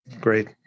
Great